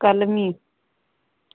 कलमी